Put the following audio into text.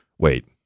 Wait